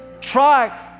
try